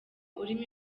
urimo